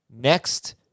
next